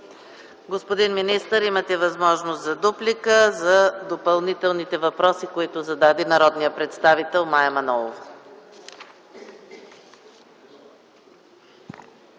Господин министър, имате възможност за дуплика за допълнителните въпроси, които зададе народният представител Мая Манолова.